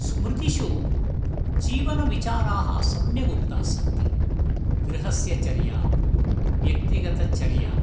स्मृतिषु जीवनविचाराः सम्यगुक्तास्सन्ति गृहस्य चर्या व्यक्तिगतचर्या